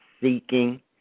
seeking